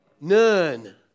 None